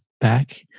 back